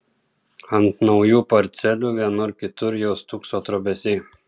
ant naujų parcelių vienur kitur jau stūkso trobesiai